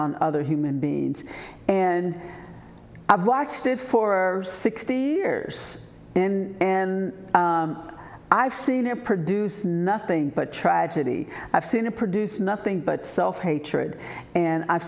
on other human beings and i've watched it for sixty years and i've seen their produce nothing but tragedy i've seen it produce nothing but self hatred and i've